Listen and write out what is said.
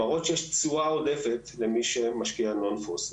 הנתונים האלה מראים שיש תשואה עודפת למי שמשקיע ב-Non fossil.